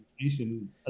information